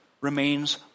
remains